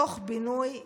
תוך בינוי מינימלי.